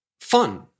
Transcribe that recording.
fun